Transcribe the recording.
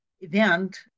event